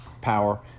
power